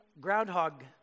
groundhog